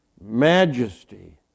majesty